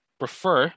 prefer